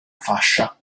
fascia